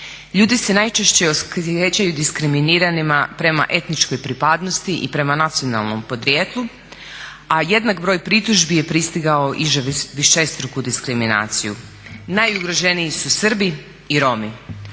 Ljudi se najčešće osjećaju diskriminiranima prema etničkoj pripadnosti i prema nacionalnom podrijetlu, a jednak broj pritužbi je pristigao i za višestruku diskriminaciju. Najugroženiji su Srbi i Romi.